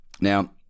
Now